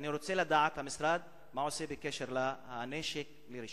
אני רוצה לדעת מה המשרד עושה בעניין נשק בלי רשיון.